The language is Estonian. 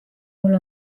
mul